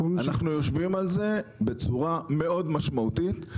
אנחנו יושבים על זה בצורה מאוד משמעותית,